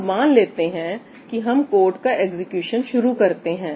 अब मान लेते हैं कि हम कोड का एग्जीक्यूशन शुरू करते हैं